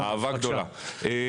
חלילה.